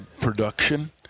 production